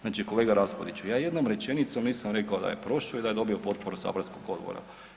Znači kolega Raspudiću, ja jednom rečenicom nisam rekao da je prošao i da je dobio potporu saborskog odbora.